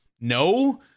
no